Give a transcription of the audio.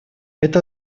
это